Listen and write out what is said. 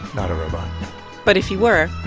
not a robot but if you were.